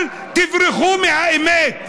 אל תברחו מהאמת.